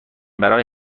برای